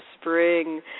spring